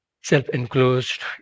self-enclosed